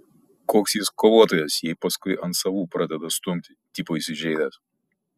koks jis kovotojas jei paskui ant savų pradeda stumti tipo įsižeidęs